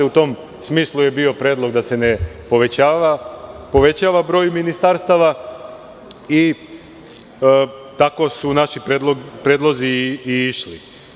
U tom smisluje bio predlog da se ne povećava broj ministarstava i tako su naši predlozi i išli.